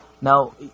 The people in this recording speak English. Now